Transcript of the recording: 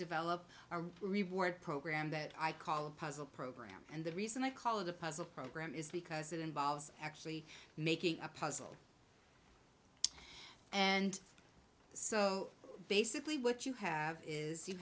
develop our reward program that i call a puzzle program and the reason i call it a puzzle program is because it involves actually making a puzzle and so basically what you have is you